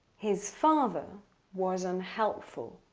his father was unhelpful.